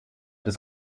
des